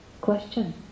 Question